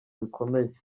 bikomeye